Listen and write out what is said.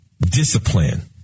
discipline